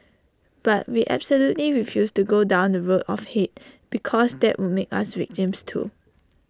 but we absolutely refused to go down the road of hate because that would make us victims too